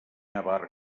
avar